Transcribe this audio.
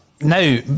Now